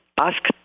ask